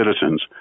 citizens